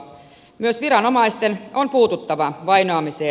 myös viranomaisten on puututtava vainoamiseen